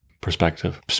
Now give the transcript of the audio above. perspective